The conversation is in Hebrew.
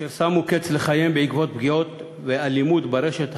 אשר שמו קץ לחייהם בעקבות פגיעות ואלימות ברשת החברתית.